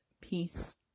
Peace